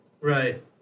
Right